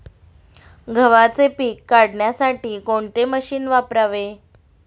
गव्हाचे पीक काढण्यासाठी कोणते मशीन वापरावे?